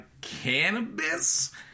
cannabis